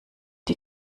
die